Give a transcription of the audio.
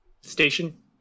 station